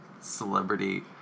celebrity